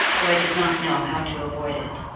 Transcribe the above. though i did not know how to avoid it.